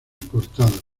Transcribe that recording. portadas